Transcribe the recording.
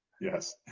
Yes